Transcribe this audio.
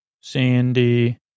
Sandy